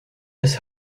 his